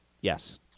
Yes